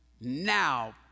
now